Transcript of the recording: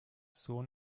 sohn